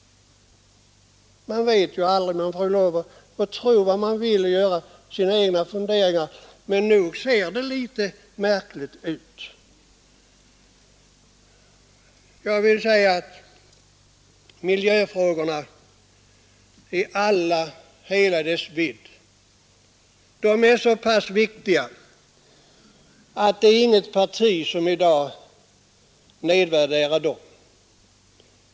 Man får tro vad man vill och ha sina egna funderingar, men nog ser det som sagt litet märkligt ut. Miljöfrågorna är alla i hela sin vidd så pass viktiga att det är inget parti som i dag nedvärderar dem.